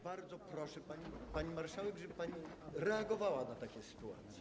Bardzo proszę, pani marszałek, żeby pani reagowała na takie sytuacje.